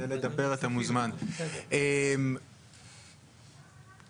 שקיות נשיאה בין השאר לשם התאמת פעילותם להוראות חוק זה.